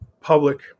public